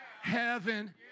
heaven